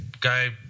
guy